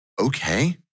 Okay